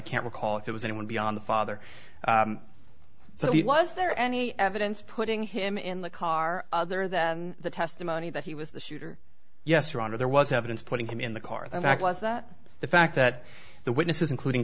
i can't recall if it was anyone beyond the father so he was there any evidence putting him in the car other than the testimony that he was the shooter yes your honor there was evidence putting him in the car the fact was that the fact that the witnesses including